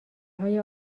های